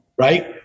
right